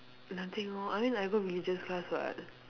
nothing lor I mean I go religious class [what]